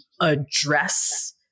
address